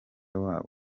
wabo